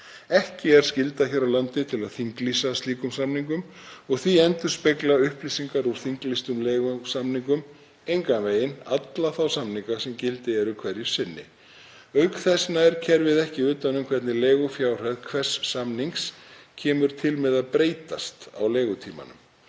Ekki er skylda hér á landi til að þinglýsa slíkum samningum og því endurspegla upplýsingar úr þinglýstum leigusamningum engan veginn alla þá samninga sem í gildi eru hverju sinni. Auk þess nær kerfið ekki utan um hvernig leigufjárhæð hvers samnings kemur til með að breytast á leigutímanum.